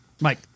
Mike